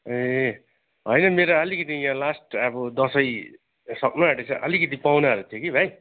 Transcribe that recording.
ए होइन मेरो अलिकति यहाँ लास्ट अब दसैँ सक्नु आँटेछ अलिकति पाहुनाहरू थियो कि भाइ